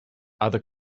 other